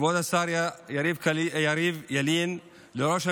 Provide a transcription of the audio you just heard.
לכבוד השר יריב לוין ולראש הממשלה: